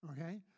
Okay